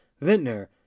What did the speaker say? vintner